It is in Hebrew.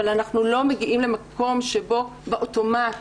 אנחנו לא מגיעים למקום שבו אוטומטית,